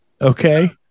Okay